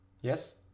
yes